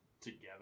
together